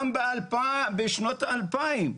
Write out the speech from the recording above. גם בשנות האלפיים.